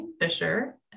Fisher